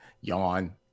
yawn